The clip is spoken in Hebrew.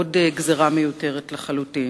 עוד גזירה מיותרת לחלוטין.